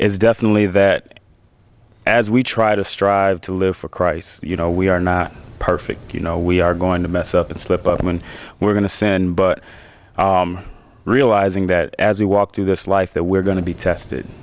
is definitely there as we try to strive to live for christ you know we are not perfect you know we are going to mess up and slip up when we're going to send but realizing that as we walk through this life that we're going to be tested